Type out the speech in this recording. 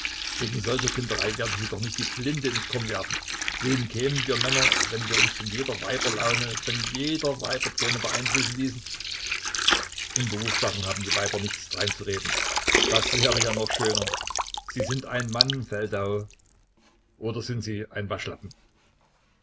wegen solcher kinderei werden sie doch nicht die flinte ins korn werfen wohin kämen wir männer wenn wir uns von jeder weiberlaune von jeder weiberträne beeinflussen ließen in berufssachen haben die weiber nichts dreinzureden das wäre ja noch schöner sind sie ein mann feldau oder sind sie ein waschlappen